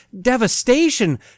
devastation